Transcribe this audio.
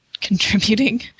contributing